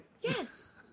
Yes